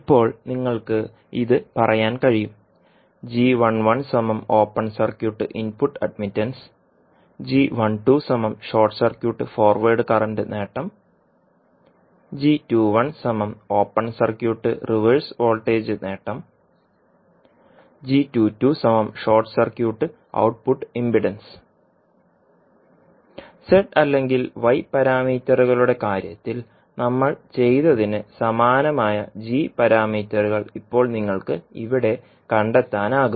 ഇപ്പോൾ നിങ്ങൾക്ക് ഇത് പറയാൻ കഴിയും • open circuit input admittance • short circuit forward current നേട്ടം • ഓപ്പൺ സർക്യൂട്ട് റിവേഴ്സ് വോൾട്ടേജ് നേട്ടം • short circuit output impedance z അല്ലെങ്കിൽ y പാരാമീറ്ററുകളുടെ കാര്യത്തിൽ നമ്മൾ ചെയ്തതിന് സമാനമായ g പാരാമീറ്ററുകൾ ഇപ്പോൾ നിങ്ങൾക്ക് ഇവിടെ കണ്ടെത്താനാകും